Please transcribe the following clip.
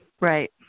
right